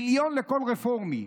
מיליון לכל רפורמי,